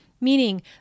Meaning